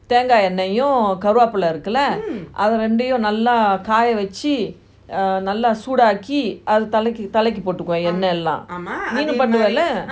தேங்க என்னையும் கரவாய்ப்பில்ல இருக்குல்ல அது ரெண்டு நல்ல காய வெச்சி நல்ல சூடாக்கி அத தலைக்கி தலைக்கி போட்டுக்குவோம் எண்ணலாம் அது னெனும் பனுவலை:thenga ennaiyum karavaipilla irukula athu rendu nalla kaaya vechi nalla sudaki atha thalaiki thalaiki potukuvom ennalam athu nenum panuvala